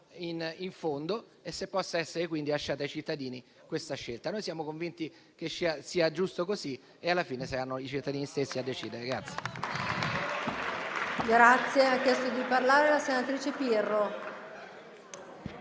in fondo e se possa essere quindi lasciata ai cittadini questa scelta. Noi siamo convinti che sia giusto così e alla fine saranno i cittadini stessi a decidere.